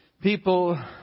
people